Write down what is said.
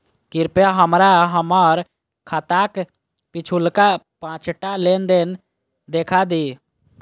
कृपया हमरा हम्मर खाताक पिछुलका पाँचटा लेन देन देखा दियऽ